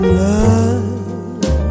love